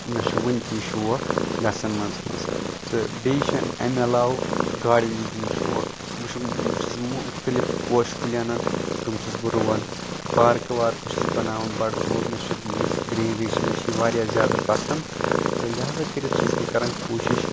مےٚ چھُ وٕنۍ تہِ شوق گژھان منٛز تہٕ بیٚیہِ چھُ اَمہِ علاوٕ گارڈِنِنگ ہُنٛد شوق بہٕ چھُس مختٔلِف پوش کُلۍ اَنن تِم چھُس بہٕ رُوان پارکہٕ وارکہٕ چھُس بہٕ بَناوان بَڑٕ ہہُ مےٚ چھِ یۄس یہِ گریٖنری چھ مےٚ چھ یہِ واریاہ زیادٕ پسنٛد تہٕ لَہزا کٔرِتھ چھس بہٕ کَران کوٗشِش